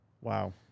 Wow